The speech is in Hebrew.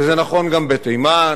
וזה נכון גם בתימן,